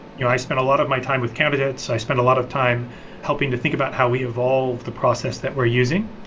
you know i spent a lot of my time with candidates. i spend a lot of time helping to think about how we evolved the process that we're using.